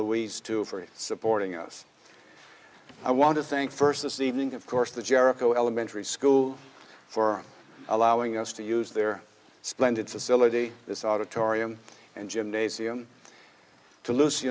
louise too for supporting us i want to thank first this evening of course the jericho elementary school for allowing us to use their splendid facility this auditorium and gymnasium to lucy